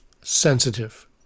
sensitive